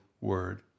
word